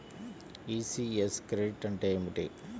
ECS credit అంటే ఏమిటి?